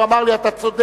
הוא אמר לי, אתה צודק.